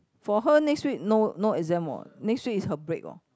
for her next week no no exam what next week is her break what